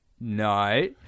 No